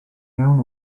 iawn